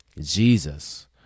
jesus